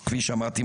כפי שאמרתי,